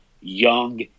young